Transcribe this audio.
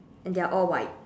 and they're all white